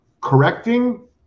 correcting